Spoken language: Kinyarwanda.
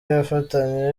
yafatanywe